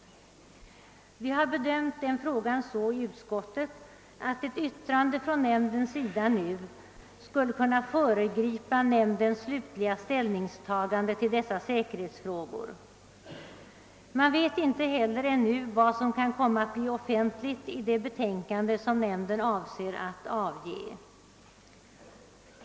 Utskottsmajoriteten har bedömt frågan så, att ett yttrande från nämndens sida nu skulle kunna föregripa nämndens slutliga ställningstagande i dessa säkerhetsfrågor. Man vet inte heller ännu vad som kan komma att bli offentligt i det betänkande som nämnden avser att lämna.